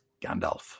Gandalf